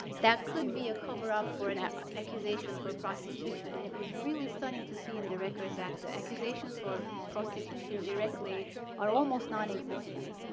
that could be a cover up for an accusation for prostitution. and it was really stunning to see in the records that the accusations for prostitution directly are almost nonexistent.